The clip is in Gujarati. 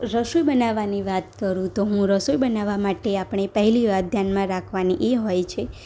રસોઈ બનાવવાની વાત કરું તો હું રસોઈ બનાવવાં માટે આપણે પહેલી વાત ધ્યાનમાં રાખવાની એ હોય છે